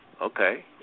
okay